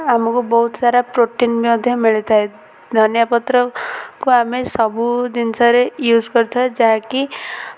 ଆମକୁ ବହୁତ ସାରା ପ୍ରୋଟିନ୍ ମଧ୍ୟ ମିଳିଥାଏ ଧନିଆ ପତ୍ରକୁ ଆମେ ସବୁ ଜିନିଷରେ ୟୁଜ୍ କରିଥାଉ ଯାହାକି